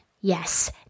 Yes